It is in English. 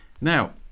Now